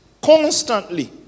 constantly